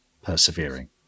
persevering